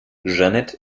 jeanette